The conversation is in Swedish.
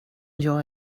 jag